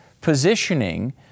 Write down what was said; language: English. positioning